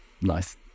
nice